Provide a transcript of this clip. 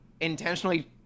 intentionally